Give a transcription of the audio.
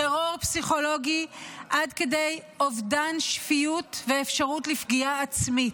טרור פסיכולוגי עד כדי אובדן שפיות ואפשרות לפגיעה עצמית,